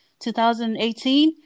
2018